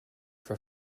for